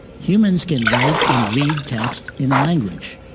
humans can write and read text in a language.